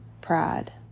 pride